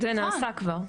זה נעשה כבר.